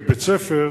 כבית-ספר,